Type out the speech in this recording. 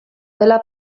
dela